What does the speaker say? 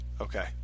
Okay